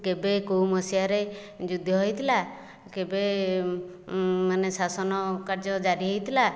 କେବେ କେଉଁ ମସିହାରେ ଯୁଦ୍ଧ ହୋଇଥିଲା କେବେ ମାନେ ଶାସନ କାର୍ଯ୍ୟ ଜାରି ହୋଇଥିଲା